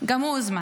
גם הוא הוזמן.